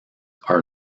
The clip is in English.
are